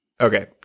okay